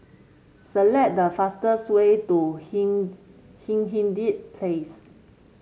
select the fastest way to Hindhede Place